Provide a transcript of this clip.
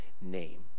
name